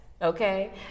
Okay